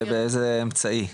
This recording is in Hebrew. באיזה אמצעי?